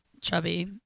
chubby